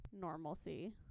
normalcy